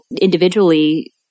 individually